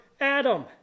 Adam